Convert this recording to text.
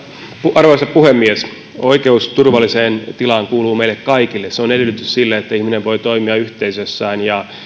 arvoisa puhemies oikeus turvalliseen tilaan kuuluu meille kaikille se on edellytys sille että ihminen voi toimia yhteisössään ja